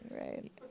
right